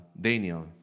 Daniel